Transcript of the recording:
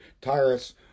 Tyrus